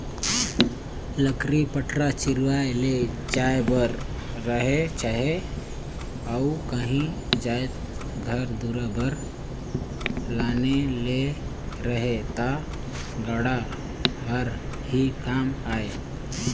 लकरी पटरा चिरवाए ले जाए बर रहें चहे अउ काही जाएत घर दुरा बर लाने ले रहे ता गाड़ा हर ही काम आए